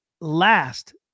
last